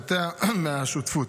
מהכנסותיה מהשותפות.